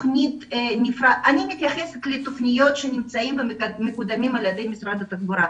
אני מתייחסת לתוכניות שמקודמות על ידי משרד התחבורה.